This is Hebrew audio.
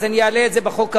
אז אעלה את זה בחוק הבא.